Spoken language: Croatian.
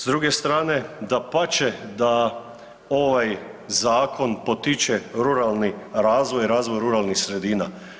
S druge strane dapače da ovaj zakon potiče ruralni razvoj, razvoj ruralnih sredina.